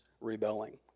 rebelling